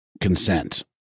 consent